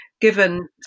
given